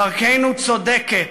דרכנו צודקת.